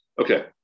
Okay